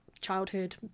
childhood